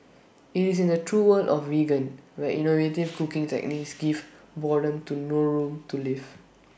IT is in the true world of vegan where innovative cooking techniques give boredom to no room to live